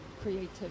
creativity